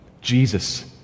Jesus